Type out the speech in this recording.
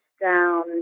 down